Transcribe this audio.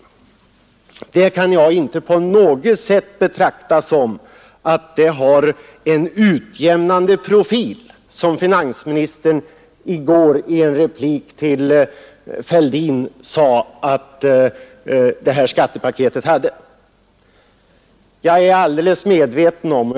Det kan jag inte på något sätt betrakta som ”en utjämnande profil”, som finansministern i går sade i en replik till herr Fälldin, när han talade om skattepaketets effekter.